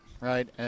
right